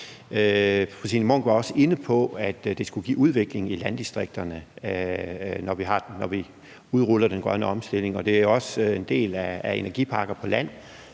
Fru Signe Munk var også inde på, at det skulle give udvikling i landdistrikterne, når vi udruller den grønne omstilling, og det er også en del af energiparkerne på land,